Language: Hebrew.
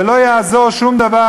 ולא יעזור שום דבר.